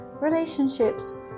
relationships